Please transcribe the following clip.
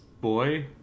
Boy